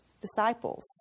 disciples